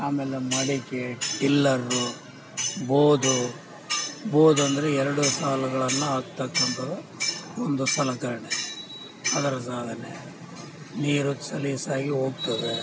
ಆಮೇಲೆ ಮಡಿಕೆ ಟಿಲ್ಲರು ಬೋದು ಬೋದು ಅಂದರೆ ಎರಡು ಸಾಲುಗಳನ್ನು ಹಾಕತಕ್ಕಂಥ ಒಂದು ಸಲಕರಣೆ ಅದರ ಸಾಧನ ನೀರು ಸಲೀಸಾಗಿ ಹೋಗ್ತದೆ